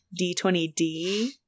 D20D